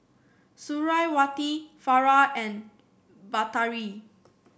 Suriawati Farah and Batari